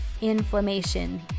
inflammation